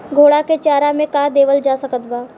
घोड़ा के चारा मे का देवल जा सकत बा?